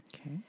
Okay